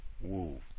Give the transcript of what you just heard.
Woo